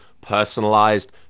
personalized